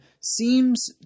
seems